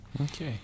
Okay